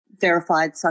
verified